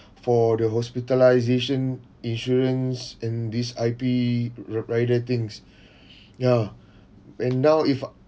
for the hospitalisation insurance and this I_P ri~ rider things ya and now if